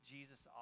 Jesus